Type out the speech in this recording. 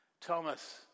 Thomas